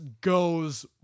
goes